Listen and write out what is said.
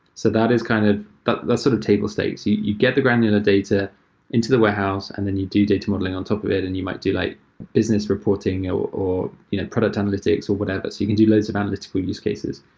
so that is kind of but that's sort of table stakes. you you get the granular data into the warehouse and then you do data modeling on top of it and you might do like business reporting or or you know product analytics or whatever. you can do loads of analytical use cases.